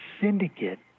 syndicate